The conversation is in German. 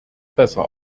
besser